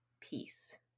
peace